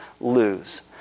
lose